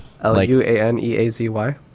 L-U-A-N-E-A-Z-Y